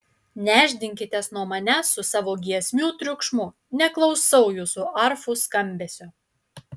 nešdinkitės nuo manęs su savo giesmių triukšmu neklausau jūsų arfų skambesio